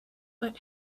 but